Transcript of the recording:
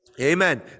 Amen